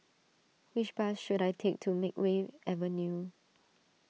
which bus should I take to Makeway Avenue